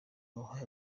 uruhare